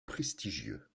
prestigieux